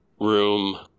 room